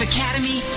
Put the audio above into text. Academy